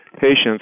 patients